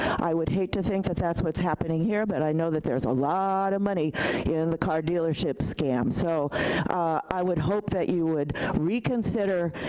i would hate to think that that's what's happening here, but i know that there's a lot of money in the car dealership scam. so i would hope that you would reconsider,